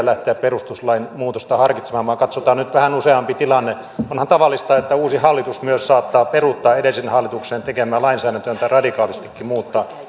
lähteä perustuslain muutosta harkitsemaan vaan katsotaan nyt vähän useampi tilanne onhan tavallista että uusi hallitus myös saattaa peruuttaa edellisen hallituksen tekemää lainsäädäntöä tai radikaalistikin muuttaa